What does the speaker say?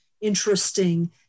interesting